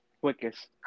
quickest